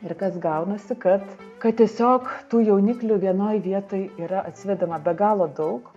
ir kas gaunasi kad kad tiesiog tų jauniklių vienoj vietoj yra atsivedama be galo daug